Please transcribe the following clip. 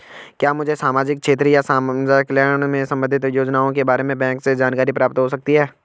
क्या मुझे सामाजिक क्षेत्र या समाजकल्याण से संबंधित योजनाओं के बारे में बैंक से जानकारी प्राप्त हो सकती है?